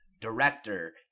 director